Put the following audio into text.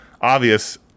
obvious